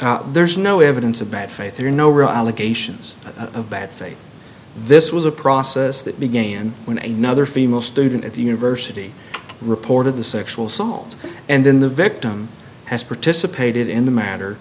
apply there's no evidence of bad faith or no real allegations of bad faith this was a process that began when another female student at the university reported the sexual assault and then the victim has participated in the matter